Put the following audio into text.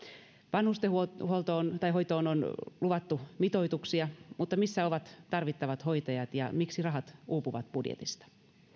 vanhustenhoitoon on luvattu mitoituksia mutta missä ovat tarvittavat hoitajat ja miksi rahat uupuvat budjetista